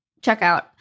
checkout